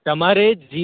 તમારે જી